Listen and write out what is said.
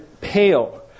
pale